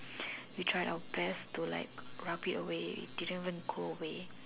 we tried our best to like rub it away didn't even go away